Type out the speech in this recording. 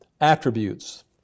attributes